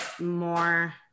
more